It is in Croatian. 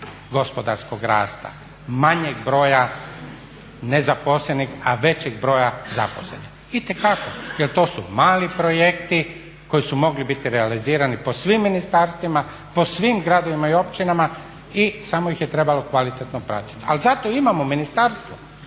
gospodarskog rasta, manjeg broja nezaposlenih a većeg broja zaposlenih. Itekako jer to su mali projekti koji su mogli biti realizirani po svim ministarstvima, po svim gradovima i općinama i samo ih je trebalo kvalitetno pratit. Ali zato imamo ministarstvo